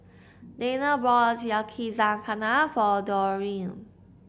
Danae bought Yakizakana for Dereon